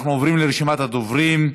אנחנו עוברים לרשימת הדוברים.